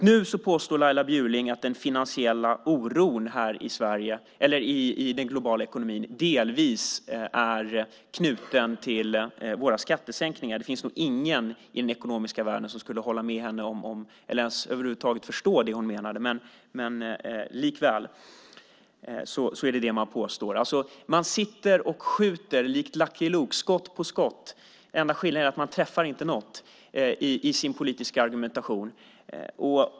Nu påstår Laila Bjurling att den finansiella oron i den globala ekonomin delvis är knuten till våra skattesänkningar. Det finns nog ingen i den ekonomiska världen som skulle hålla med om eller över huvud taget förstå vad hon menade, men likväl påstår man detta. Man sitter alltså och skjuter likt Lucky Luke, skott på skott. Den enda skillnaden är att man inte träffar något i sin politiska argumentation.